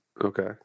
Okay